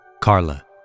Carla